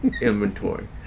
inventory